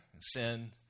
sin